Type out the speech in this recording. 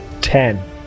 Ten